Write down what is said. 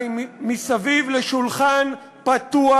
מסביב לשולחן פתוח,